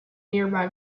nearby